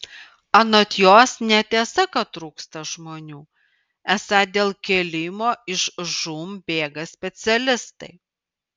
anot jos netiesa kad trūksta žmonių esą dėl kėlimo iš žūm bėga specialistai